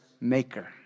maker